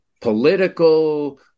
political